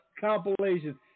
compilation